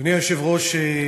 אדוני היושב-ראש,